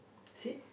see